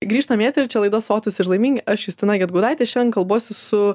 grįžtam į eterį čia laida sotūs ir laimingi aš justina gedgaudaitė šiandien kalbuosi su